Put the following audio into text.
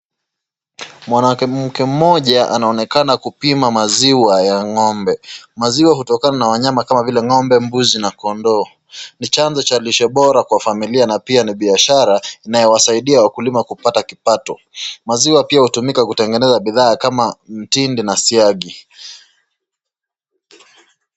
Mwanamke mmoja anaonekana kupima maziwa ya ng'ombe. Maziwa hutokana na wanyama kama vile ng'ombe, mbuzi na kondoo. Ni chanzo Cha lishe Bora kwa familia na pia ni biashara ya wakulima kupata kipato. Maziwa pia hutumika kutengeneza bidhaa kama mtindi na siagi.